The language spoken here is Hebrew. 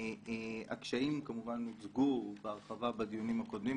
הקשיים כמובן הוצגו בהרחבה בדיונים הקודמים,